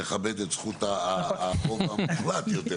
מלבד הצעות החוק שעלו אנחנו לא מכירים פניות מיוחדות שהיו